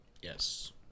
Yes